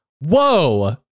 Whoa